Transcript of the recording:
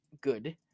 good